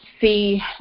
see